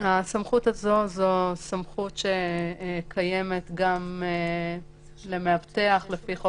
זאת סמכות שקיימת גם למאבטח לפי חוק